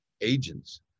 agents